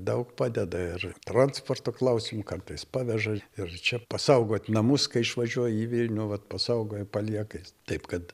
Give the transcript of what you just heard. daug padeda ir transporto klausimu kartais paveža ir čia pasaugot namus kai išvažiuoju į vilnių vat pasaugoja palieka taip kad